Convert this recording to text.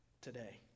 today